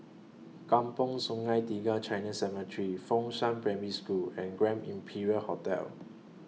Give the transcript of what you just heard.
Kampong Sungai Tiga Chinese Cemetery Fengshan Primary School and Grand Imperial Hotel